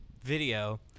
video